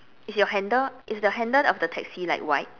is your handle is the handle of the taxi like white